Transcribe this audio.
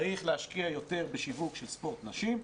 צריך להשקיע יותר בשיווק של ספורט נשים,